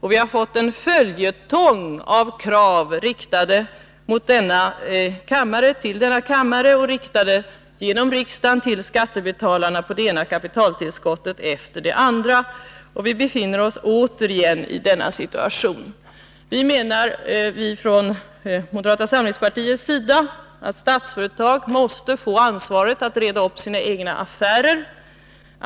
Vi har fått en följetong av krav på det ena kapitaltillskottet efter det andra, riktade till denna kammare och genom riksdagen riktade till skattebetalarna. Vi befinner oss nu återigen i denna situation. Från moderata samlingspartiets sida menar vi att Statsföretag måste få ansvaret för att reda ut sina egna affärer.